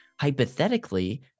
hypothetically